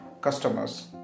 customers